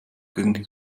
gegen